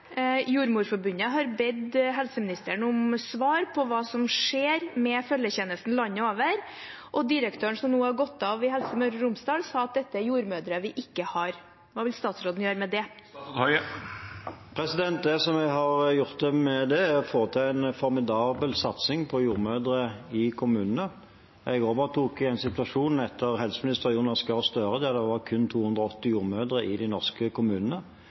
Jordmorforbundet har bedt helseministeren om svar på hva som skjer med følgetjenesten landet over, og direktøren i Helse Møre og Romsdal, som nå har gått av, sa at dette er jordmødre vi ikke har. Hva vil statsråden gjøre med det? Det vi har gjort med det, er å få til en formidabel satsing på jordmødre i kommunene. Jeg overtok i en situasjon, etter helseminister Jonas Gahr Støre, da det var kun 280 jordmødre i norske